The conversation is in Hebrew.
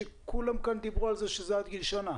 אני חושב שכולם כאן דיברו על כך שזה עד גיל שנה.